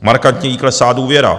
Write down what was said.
Markantně jí klesá důvěra.